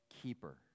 keeper